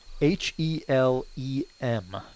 H-E-L-E-M